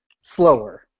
slower